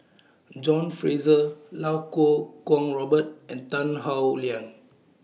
John Fraser Iau Kuo Kwong Robert and Tan Howe Liang